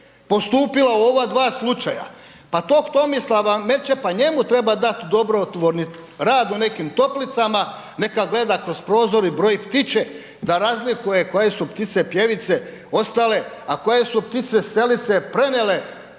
postupila u ova dva slučaja? Pa tog Tomislava Merčepa, njemu treba dat dobrotvorni rad u nekim toplicama, neka gleda kroz prozor i broji ptiće, da razlikuje koje su ptice pjevice ostale a koje su ptice selice prenijele